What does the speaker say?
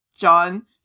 John